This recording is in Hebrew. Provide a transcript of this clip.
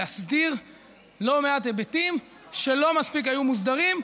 להסדיר לא מעט היבטים שלא מספיק היו מוסדרים,